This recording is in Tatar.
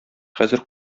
хәзер